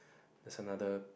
there's another